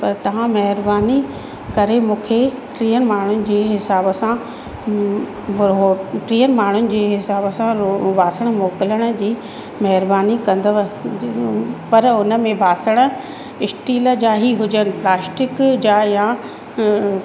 पर तव्हां महिरबानी करे मूंखे टीहनि माण्हुनि जी हिसाब सां उहो टीहनि माण्हुनि जे हिसाब सां रो ॿासणु मोकिलण जी महिरबानी कंदव पर उन में ॿासण स्टील जा ई हुजनि प्लास्टिक जा या